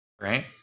right